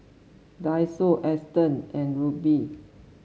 Daiso Astons and Rubi